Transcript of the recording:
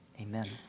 Amen